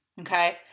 okay